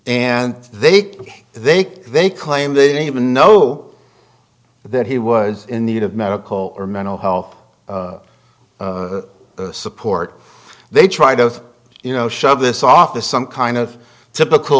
and they they they claim they don't even know that he was in the medical or mental health support they try to you know shove this off to some kind of typical